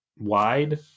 wide